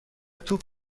توپ